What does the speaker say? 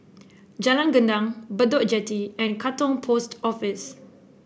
Jalan Gendang Bedok Jetty and Katong Post Office